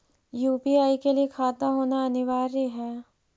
UPI के लिए खाता होना अनिवार्य है?